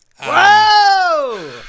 Whoa